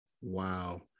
Wow